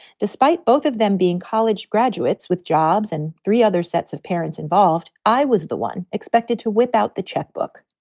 despite both of them being college graduates with jobs and three other sets of parents involved, i was the one expected to whip out the checkbook.